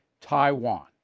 Taiwan